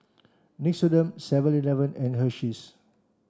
Nixoderm seven eleven and Hersheys